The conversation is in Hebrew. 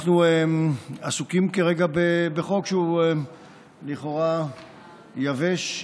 אנחנו עסוקים כרגע בחוק שהוא לכאורה יבש,